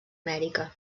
amèrica